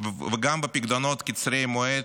וגם בפיקדונות קצרי מועד,